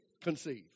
conceive